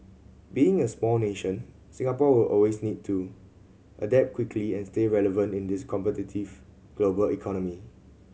being a small nation Singapore will always need to adapt quickly and stay relevant in this competitive global economy